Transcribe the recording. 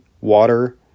water